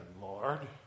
Lord